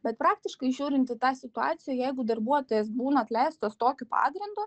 bet praktiškai žiūrint į tą situaciją jeigu darbuotojas būna atleistos tokiu pagrindu